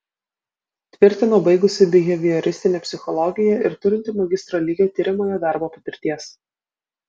tvirtino baigusi bihevioristinę psichologiją ir turinti magistro lygio tiriamojo darbo patirties